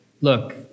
look